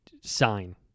sign